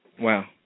Wow